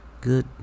Good